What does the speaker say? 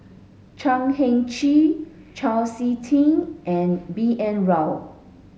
Chan Heng Chee Chau Sik Ting and B N Rao